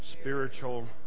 spiritual